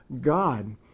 God